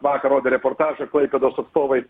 vakar rodė reportažą klaipėdos atstovai